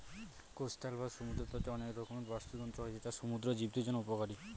coastal বা সমুদ্র তটে অনেক রকমের বাস্তুতন্ত্র হয় যেটা সমুদ্র জীবদের জন্য উপকারী